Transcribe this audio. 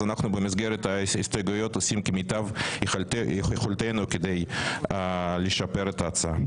אז אנחנו במסגרת ההסתייגויות עושים כמיטב יכולתנו כדי לשפר את ההצעה.